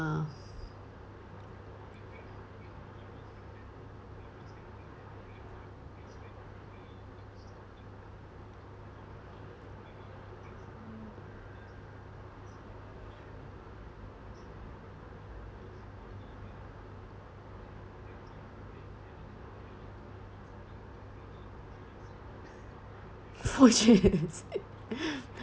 ~[lah]